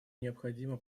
необходима